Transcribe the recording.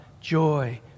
joy